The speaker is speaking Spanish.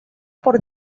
por